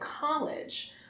college